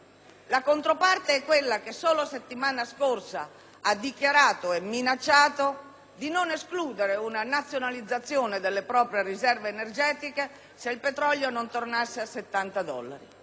La controparte è quella che solo la settimana scorsa ha dichiarato e minacciato di non escludere una nazionalizzazione delle proprie riserve energetiche se il petrolio non tornerà a 70 dollari